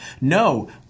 no